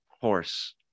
horse